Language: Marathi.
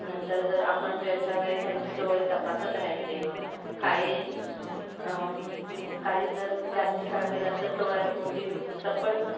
नंतर जर आपण वेळच्यावेळी त्यांचे डोळे तपासत राहायचे काही म्हणजे काही जर जास्ती काय गेलं तर डोळ्यात मोतीबिंदूचा पण